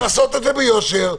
לעשות את זה ביושר,